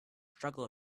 struggle